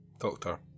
Doctor